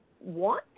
want